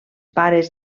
pares